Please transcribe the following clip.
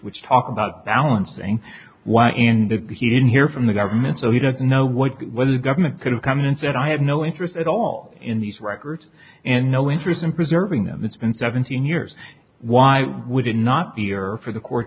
which talk about balancing why and the he didn't hear from the government so we don't know what whether the government could have come in and said i have no interest at all in these records and no interest in preserving them it's been seventeen years why would it not be or for the court